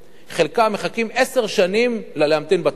חלקן מחכות עשר שנים בהמתנה בתור הזה.